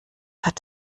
hat